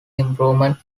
improvement